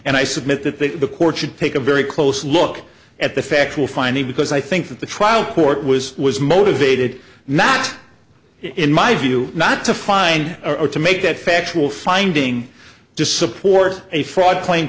and i submit that that the court should take a very close look at the facts will find it because i think that the trial court was was motivated not in my view not to find or to make that factual finding to support a fraud claim